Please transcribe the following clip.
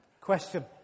Question